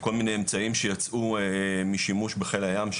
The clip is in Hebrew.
כל מיני אמצעים שיצאו משימוש בחיל הים,